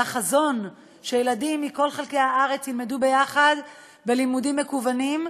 והחזון הוא שילדים מכל חלקי הארץ ילמדו ביחד בלימודים מקוונים,